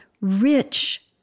rich